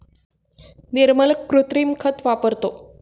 निर्मल कृत्रिम खत वापरतो